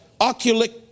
oculic